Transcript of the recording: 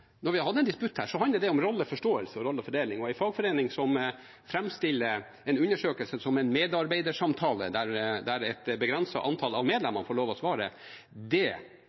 Når vi har hatt en disputt her, handler det om rolleforståelse og rollefordeling. En fagforening som framstiller en undersøkelse som en medarbeidersamtale, der et begrenset antall av medlemmene får lov til å svare, forstyrrer den gode samtalen. Det